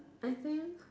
I think